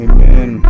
Amen